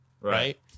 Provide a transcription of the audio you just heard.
right